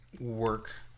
work